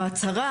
ההצהרה